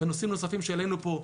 נושאים נוספים שהעלינו פה,